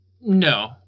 no